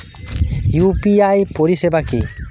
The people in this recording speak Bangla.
ইউ.পি.আই পরিসেবা কি?